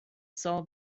saw